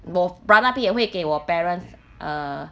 我 brother 那边也会给我 parents err